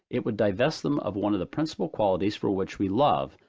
it would divest them of one of the principal qualities for which we love,